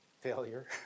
failure